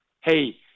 Hey